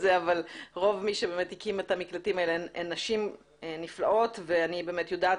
רוב מי שהקים את המקלטים האלה הן נשים נפלאות ואני יודעת